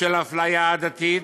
של אפליה עדתית,